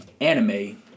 anime